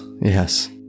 yes